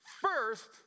first